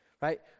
Right